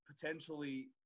potentially